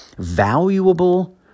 valuable